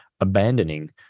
abandoning